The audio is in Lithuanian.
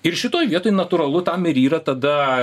ir šitoj vietoj natūralu tam ir yra tada